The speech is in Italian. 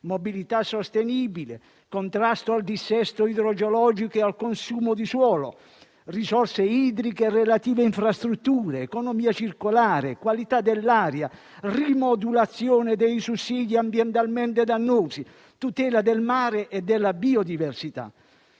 mobilità sostenibile, contrasto al dissesto idrogeologico e al consumo di suolo, risorse idriche e relative infrastrutture, economia circolare, qualità dell'aria, rimodulazione dei sussidi ambientalmente dannosi, tutela del mare e della biodiversità.